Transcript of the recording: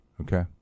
Okay